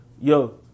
Yo